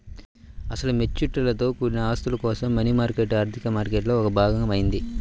అసలు మెచ్యూరిటీలతో కూడిన ఆస్తుల కోసం మనీ మార్కెట్ ఆర్థిక మార్కెట్లో ఒక భాగం అయింది